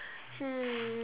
hmm